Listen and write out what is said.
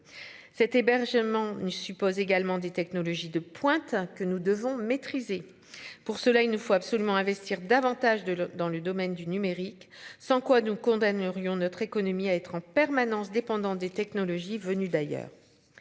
cet hébergement ne suppose également des technologies de pointe que nous devons maîtriser. Pour cela il nous faut absolument investir davantage, de l'dans le domaine du numérique, sans quoi nous condamne rions notre économie à être en permanence dépendants des technologies venus d'ailleurs.